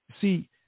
See